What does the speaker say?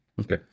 Okay